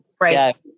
Right